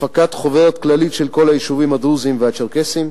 הפקת חוברת כללית של כל היישובים הדרוזיים והצ'רקסיים,